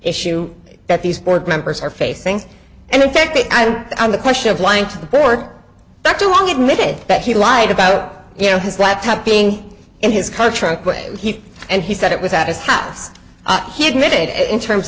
issue that these board members are facing and in fact that i'm on the question of lying to the board that too long admitted that he lied about you know his laptop being in his car trunk way he and he said it was at his house he admitted it in terms